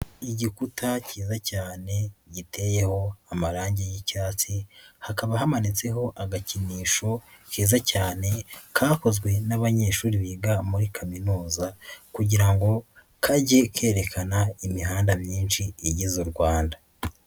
Igikuta cyiza cyane giteyeho amarangi y'icyatsi, hakaba hamanitseho agakinisho keza cyane kakozwe n'abanyeshuri biga muri kaminuza kugira ngo kajye kerekana imihanda myinshi igize u Rwanda.